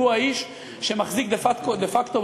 והוא האיש שמחזיק דה-פקטו,